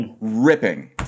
Ripping